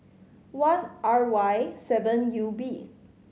one R Y seven U B